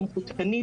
סמכותני,